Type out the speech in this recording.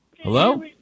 hello